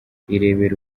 irebere